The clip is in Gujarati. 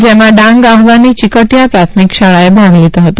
જેમાં ડાંગ આહવાની ચિકટીયા પ્રાથમિક શાળાએ ભાગ લીધો હતો